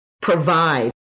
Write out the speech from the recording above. provide